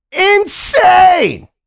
insane